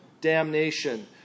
damnation